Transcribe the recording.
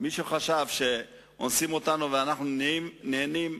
מי שחשב שאונסים אותנו ואנחנו נהנים,